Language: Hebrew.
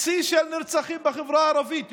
שיא של נרצחים בחברה הערבית.